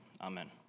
Amen